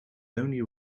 only